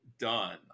done